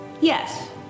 Yes